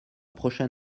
prochain